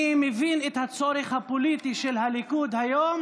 אני מבין את הצורך הפוליטי של הליכוד היום